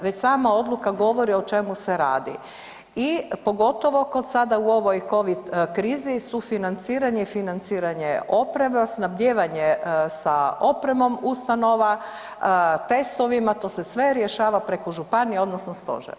Već sama odluka govori o čemu se radi i pogotovo kod sada u ovoj Covid krizi sufinanciranje i financiranje opreme, snabdijevanje sa opremom ustanova, testovima to se sve rješava preko županija odnosno stožera.